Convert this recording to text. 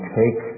take